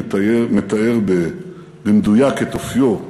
מתאר במדויק את אופיו,